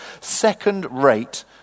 second-rate